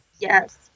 yes